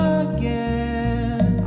again